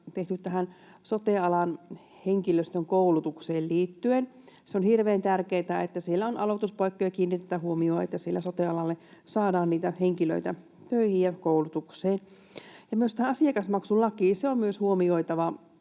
tehty tähän sote-alan henkilöstön koulutukseen liittyen. Se on hirveän tärkeätä, että siellä aloituspaikkoihin kiinnitetään huomioita, että sote-alalle saadaan niitä henkilöitä töihin ja koulutukseen. Tähän asiakasmaksulakiin: On myös huomioitava,